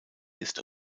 ist